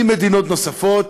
עם מדינות נוספות,